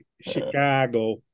Chicago